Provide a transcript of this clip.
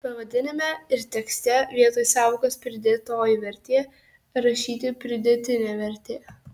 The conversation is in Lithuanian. pavadinime ir tekste vietoj sąvokos pridėtoji vertė rašyti pridėtinė vertė